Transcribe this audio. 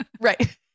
Right